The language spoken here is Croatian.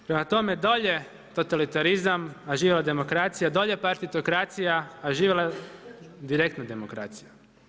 Prema tome, dolje totalitarizam, a živjela demokracija, dolje partitokracija, a živjela direktna demokracija.